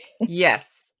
Yes